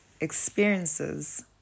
experiences